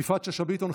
יפעת שאשא ביטון,